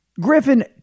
Griffin